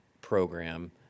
program